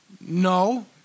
No